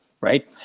right